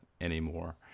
anymore